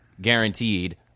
guaranteed